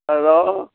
hello